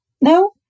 No